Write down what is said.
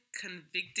convicted